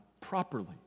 properly